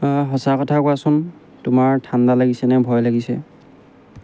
আঁ সঁচা কথা কোৱাচোন তোমাৰ ঠাণ্ডা লাগিছেনে ভয় লাগিছে